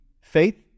faith